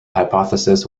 hypothesis